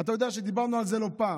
אתה יודע שדיברנו על זה לא פעם,